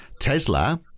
Tesla –